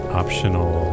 optional